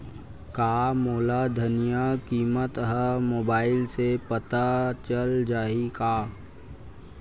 का मोला धनिया किमत ह मुबाइल से पता चल जाही का?